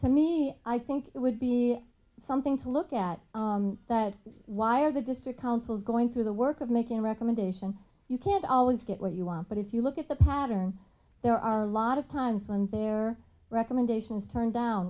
to me i think it would be something to look at that why are the district councils going through the work of making a recommendation you can't always get what you want but if you look at the pattern there are a lot of times when their recommendations turn down